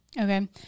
okay